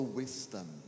wisdom